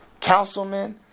councilman